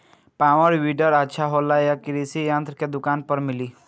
Power weeder अच्छा होला यह कृषि यंत्र के दुकान पर मिली?